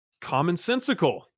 commonsensical